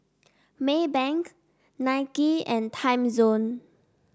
Maybank Nike and Timezone